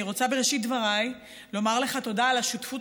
אני רוצה בראשית דבריי לומר לך תודה על השותפות